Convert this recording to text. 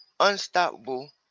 unstoppable